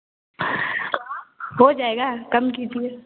हो जाएगा कम कीजिए